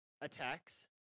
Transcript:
attacks